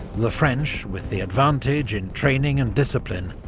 the french, with the advantage in training and discipline,